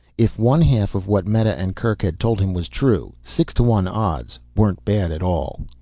if one-half of what meta and kerk had told him was true, six to one odds weren't bad at all.